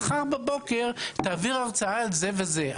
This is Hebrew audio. מחר בבוקר תעביר הרצאה על זה וזה,